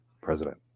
president